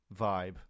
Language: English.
vibe